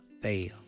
fail